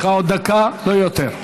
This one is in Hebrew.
יש לך עוד דקה, לא יותר.